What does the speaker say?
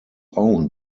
owned